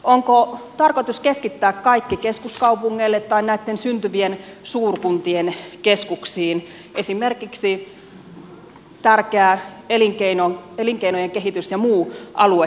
onko tarkoitus keskittää kaikki keskuskaupungeille tai näitten syntyvien suurkuntien keskuksiin esimerkiksi tärkeä elinkeinojen kehitys ja muu aluekehitys